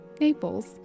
Naples